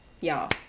y'all